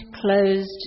closed